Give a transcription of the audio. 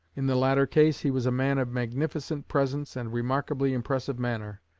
in the latter case, he was a man of magnificent presence and remarkably impressive manner.